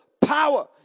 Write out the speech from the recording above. power